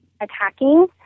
attacking